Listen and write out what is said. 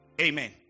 Amen